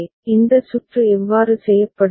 A எனவே இந்த சுற்று எவ்வாறு செய்யப்படும்